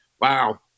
wow